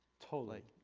totally.